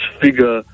figure